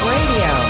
Radio